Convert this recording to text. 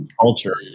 culture